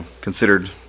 considered